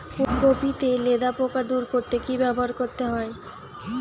Copy তে লেদা পোকা দূর করতে কি ব্যবহার করতে হবে?